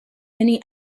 many